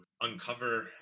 uncover